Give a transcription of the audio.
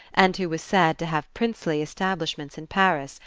and who was said to have princely establishments in paris,